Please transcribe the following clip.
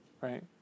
right